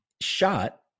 shot